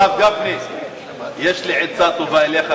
הרב גפני, יש לי עצה טובה אליך.